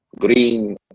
green